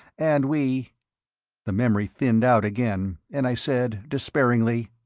and we the memory thinned out again, and i said despairingly,